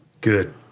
Good